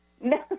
No